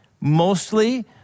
mostly